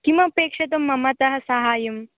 किमपेक्षितं ममतः सहायम्